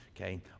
Okay